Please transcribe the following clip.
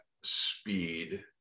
speed